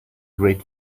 great